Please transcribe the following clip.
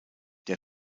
der